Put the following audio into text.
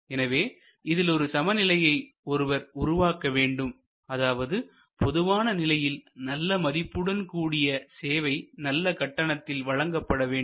எனவே இதில் ஒரு சமநிலையை ஒருவர் உருவாக்க வேண்டும் அதாவது பொதுவான நிலையில் நல்ல மதிப்புடன் கூடிய சேவை நல்ல கட்டணத்தில் வழங்கப்பட வேண்டும்